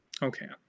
Okay